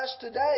today